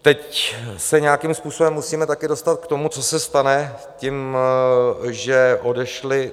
Teď se nějakým způsobem musíme také dostat k tomu, co se stane tím, že odešli.